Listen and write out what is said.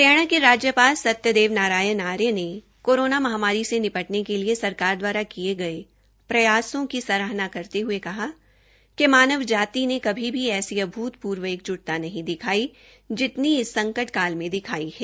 हरियाणा के राज्पाल सत्यदेव नारायण आर्य ने कोरोना महामारी से निपटने के लिए सरकार दवारा किये गये प्रयासों की सराहना करते हये कहा कि मानव जाति ने कभी भी ऐसी अभूतपर्व एकजूटता नहीं दिखाई जितनी इस संकट काल में दिखाई है